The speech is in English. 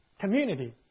community